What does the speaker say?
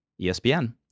ESPN